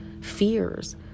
fears